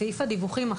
הדיווחים.